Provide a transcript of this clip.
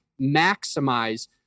maximize